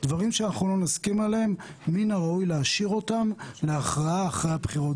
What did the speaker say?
דברים שאנחנו לא נסכים עליהם מין הראוי להשאיר אותם להכרעה אחר הבחירות,